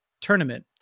tournament